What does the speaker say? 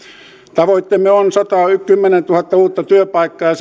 tavoitteemme on satakymmentätuhatta uutta työpaikkaa ja